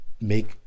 make